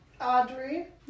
Audrey